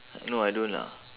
no I don't lah